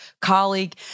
colleague